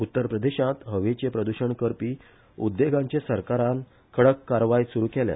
उत्तर प्रदेशांत हवेचे प्रदुषण करपी उद्देगांचे सरकारान कडक कारवाय सुरु केल्या